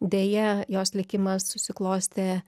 deja jos likimas susiklostė